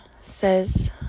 says